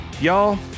Y'all